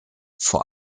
vor